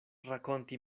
rakonti